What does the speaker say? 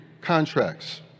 contracts